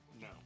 No